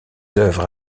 œuvres